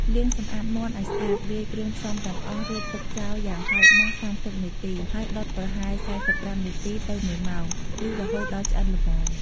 លាងសម្អាតមាន់ឱ្យស្អាត លាយគ្រឿងផ្សំទាំងអស់រួចទុកចោលយ៉ាងហោចណាស់ ៣០ នាទី ហើយដុតប្រហែល ៤៥ នាទី ទៅ ១ ម៉ោង ឬរហូតដល់ឆ្អិនល្មម។